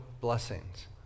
blessings